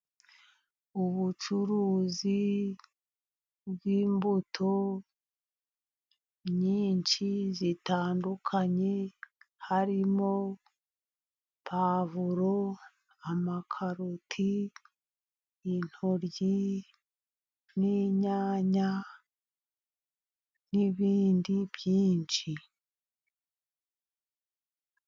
Ubucuruzi bw'imbuto nyinshi zitandukanye harimo pwavuro, karoti, intoryi n'inyanya n'ibindi byinshi.